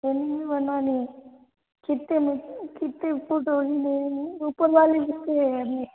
कितने बनाने हैं कितने कितने फुट ऊपर वाले